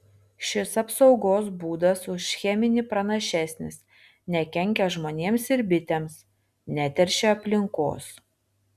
šis apsaugos būdas už cheminį pranašesnis nekenkia žmonėms ir bitėms neteršia aplinkos